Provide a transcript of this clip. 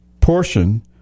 portion